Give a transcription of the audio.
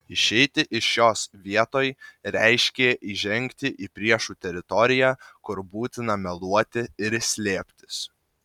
išeiti iš šios vietoj reiškė įžengti į priešų teritoriją kur būtina meluoti ir slėptis